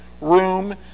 room